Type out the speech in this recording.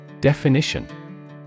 Definition